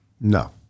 No